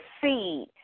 seed